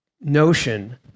notion